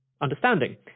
understanding